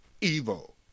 evil